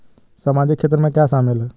सामाजिक क्षेत्र में क्या शामिल है?